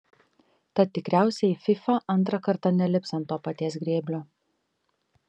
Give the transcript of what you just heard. tad tikriausiai fifa antrą kartą nelips ant to paties grėblio